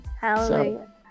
Hallelujah